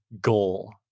goal